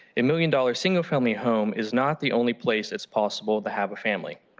and million dollars single-family home is not the only place it's possible to have a family.